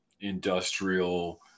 industrial